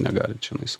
negali čianais